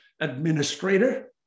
administrator